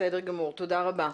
בסדר גמור, תודה רבה.